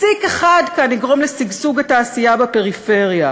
פסיק אחד כאן יגרום לשגשוג התעשייה בפריפריה.